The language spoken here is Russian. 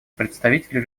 представителю